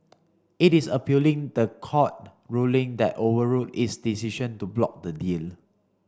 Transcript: it is appealing the court ruling that overruled its decision to block the deal